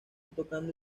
tocando